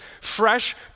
fresh